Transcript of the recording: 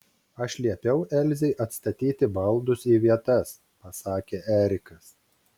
aš liepiau elzei atstatyti baldus į vietas pasakė erikas